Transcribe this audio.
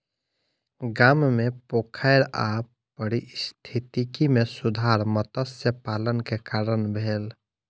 गाम मे पोखैर आ पारिस्थितिकी मे सुधार मत्स्य पालन के कारण भेल